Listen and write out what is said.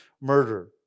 murder